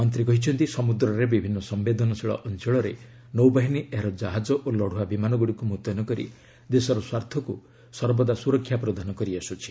ମନ୍ତ୍ରୀ କହିଛନ୍ତି ସମୁଦ୍ରରେ ବିଭିନ୍ନ ସମ୍ପେଦନଶୀଳ ଅଞ୍ଚଳରେ ନୌବାହିନୀ ଏହାର ଜାହାଜ ଓ ଲଢୁଆ ବିମାନଗୁଡ଼ିକୁ ମୁତୟନ କରି ଦେଶର ସ୍ୱାର୍ଥକୁ ସର୍ବଦା ସୁରକ୍ଷା ପ୍ରଦାନ କରିଆସୁଛି